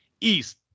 East